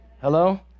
Hello